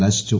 കലാശിച്ചു